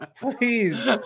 Please